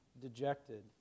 dejected